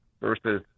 versus